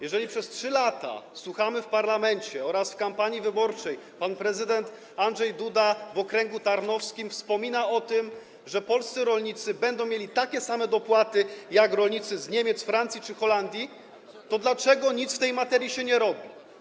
Jeżeli przez 3 lata słuchamy w parlamencie oraz w kampanii wyborczej - pan prezydent Andrzej Duda też o tym wspomina w okręgu tarnowskim - że polscy rolnicy będą mieli takie same dopłaty jak rolnicy z Niemiec, Francji czy Holandii, to dlaczego nic w tej materii się nie robi?